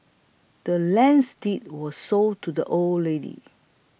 the land's deed was sold to the old lady